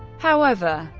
however,